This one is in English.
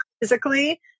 physically